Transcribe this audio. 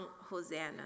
Hosanna